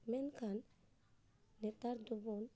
ᱢᱮᱱᱠᱷᱟᱱ ᱱᱮᱛᱟᱨ ᱫᱚᱵᱚᱱ